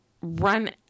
run